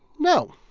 no.